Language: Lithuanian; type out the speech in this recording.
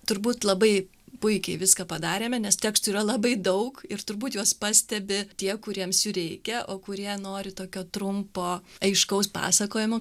turbūt labai puikiai viską padarėme nes tekstų yra labai daug ir turbūt juos pastebi tie kuriems jų reikia o kurie nori tokio trumpo aiškaus pasakojimo